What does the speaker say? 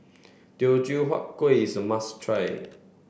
Teochew Huat Kuih is a must try